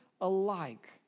alike